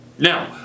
Now